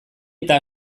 eta